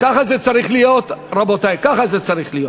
כך זה צריך להיות, רבותי, כך זה צריך להיות.